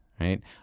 right